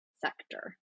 sector